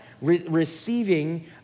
receiving